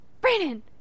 Brandon